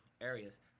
areas